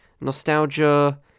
nostalgia